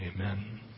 Amen